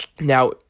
Now